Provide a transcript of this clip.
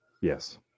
yes